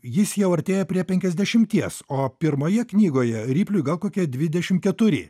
jis jau artėja prie penkiasdešimties o pirmoje knygoje ripliui gal kokie dvidešim keturi